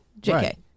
JK